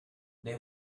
they